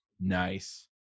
Nice